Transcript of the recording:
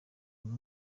uyu